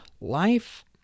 life